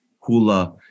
hula